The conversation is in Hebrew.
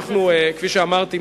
כפי שאמרתי,